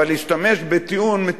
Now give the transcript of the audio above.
אבל להשתמש בטיעון,